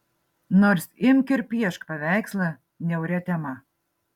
nors imk ir piešk paveikslą niauria tema